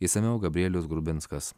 išsamiau gabrielius grubinskas